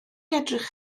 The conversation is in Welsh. edrych